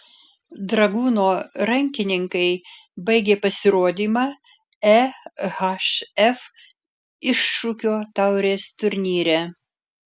dragūno rankininkai baigė pasirodymą ehf iššūkio taurės turnyre